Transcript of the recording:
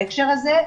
בהקשר הזה,